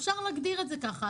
אפשר להגדיר את זה ככה.